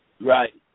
Right